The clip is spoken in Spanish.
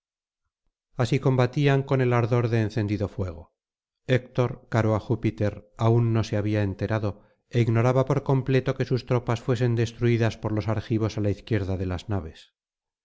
así combatían con el ardor de encendido fuego héctor caro á júpiter aún no se labía enterado é ignoraba por completo que sus tropas fuesen destruidas por los argivos á la izquierda de las naves